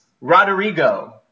Rodrigo